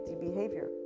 behavior